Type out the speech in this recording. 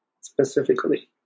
specifically